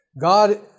God